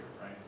right